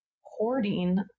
hoarding